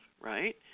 right